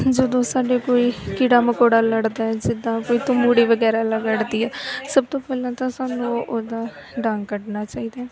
ਜਦੋਂ ਸਾਡੇ ਕੋਈ ਕੀੜਾ ਮਕੌੜਾ ਲੜਦਾ ਹੈ ਜਿੱਦਾਂ ਕੋਈ ਤਮੂੜੀ ਵਗੈਰਾ ਲੜਦੀ ਹੈ ਸਭ ਤੋਂ ਪਹਿਲਾਂ ਤਾਂ ਸਾਨੂੰ ਉਹਦਾ ਡੰਗ ਕੱਢਣਾ ਚਾਹੀਦਾ